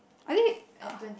I think ah